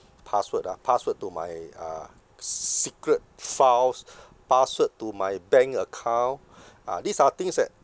password ah password to my uh s~ secret files password to my bank account ah these are things that